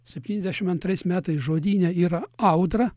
septyniasdešimt antrais metais žodyne yra audra